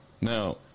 Now